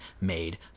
made